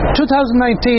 2019